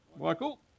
Michael